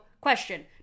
question